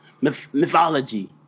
mythology